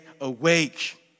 awake